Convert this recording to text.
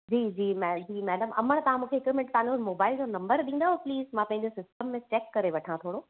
जी जी मैम जी मैडम अमड़ि तव्हां मूंखे हिकु मिन्ट तव्हांजे मोबाइल जो नंबर ॾिंदव प्लीस मां पंहिंजे सिस्टम में चेक करे वठां थोरो